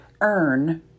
earn